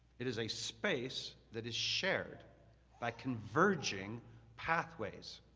it is a space that is shared by converging pathways.